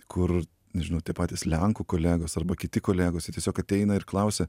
kur nežinau tie patys lenkų kolegos arba kiti kolegos jie tiesiog ateina ir klausia